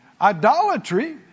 Idolatry